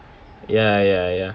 ya ya ya